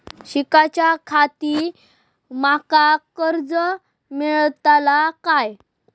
शिकाच्याखाती माका कर्ज मेलतळा काय?